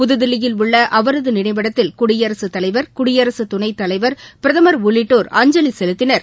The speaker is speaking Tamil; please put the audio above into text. புதுதில்லியில் உள்ள அவரது நினைவிடத்தில் குடியரசுத் தலைவர் குடியரசு துணைத்தலைவர் பிரதமர் உள்ளிட்டோர் அஞ்சலி செலுத்தினர்